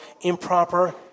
improper